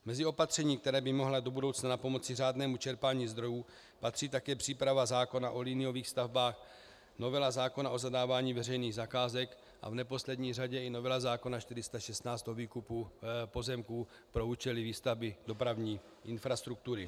Mezi opatření, která by mohla do budoucna napomoci řádnému čerpání zdrojů, patří také příprava zákona o liniových stavbách, novela zákona o zadávání veřejných zakázek a v neposlední řadě i novela zákona 416 o výkupu pozemků pro účely výstavby dopravní infrastruktury.